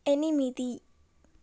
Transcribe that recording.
ఎనిమిది